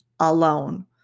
alone